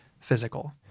physical